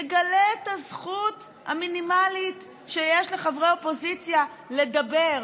הוא יגלה את הזכות המינימלית שיש לחברי אופוזיציה: לדבר.